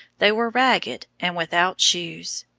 they were ragged and without shoes.